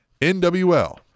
NWL